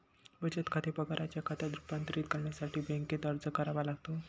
बचत खाते पगाराच्या खात्यात रूपांतरित करण्यासाठी बँकेत अर्ज करावा लागतो